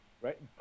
right